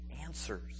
answers